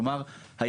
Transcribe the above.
כלומר,